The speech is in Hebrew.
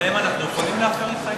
להם אנחנו יכולים להפר התחייבות?